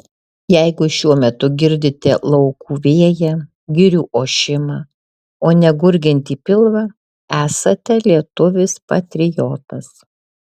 jeigu šiuo metu girdite laukų vėją girių ošimą o ne gurgiantį pilvą esate lietuvis patriotas